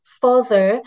further